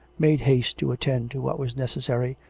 made haste to attend to what was neces sary,